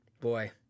boy